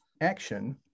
action